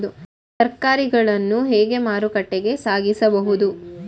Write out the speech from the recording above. ತರಕಾರಿಗಳನ್ನು ಹೇಗೆ ಮಾರುಕಟ್ಟೆಗೆ ಸಾಗಿಸಬಹುದು?